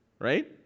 right